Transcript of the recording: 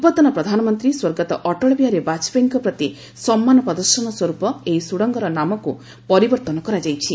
ପୂର୍ବତନ ପ୍ରଧାନମନ୍ତ୍ରୀ ସ୍ୱର୍ଗତଃ ଅଟଳ ବିହାରୀ ବାଜପେୟୀଙ୍କ ପ୍ରତି ସମ୍ମାନ ପ୍ରଦର୍ଶନ ସ୍ୱରୂପ ଏହି ସୁଡଙ୍ଗର ନାମକୁ ପରିବର୍ତ୍ତନ କରାଯାଇଛି